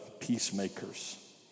Peacemakers